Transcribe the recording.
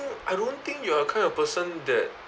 I don't think you are kind of person that